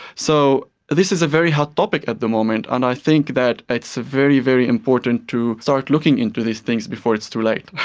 so this is a very hot topic at the moment, and i think that it's very, very important to start looking into these things before it's too late.